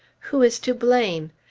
who is to blame?